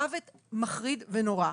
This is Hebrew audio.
מוות מחריד ונורא.